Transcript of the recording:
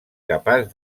capaç